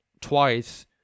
twice